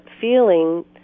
feeling